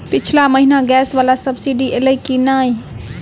पिछला महीना गैस वला सब्सिडी ऐलई की नहि?